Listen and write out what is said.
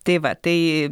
tai va tai